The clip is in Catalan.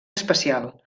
especial